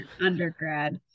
undergrad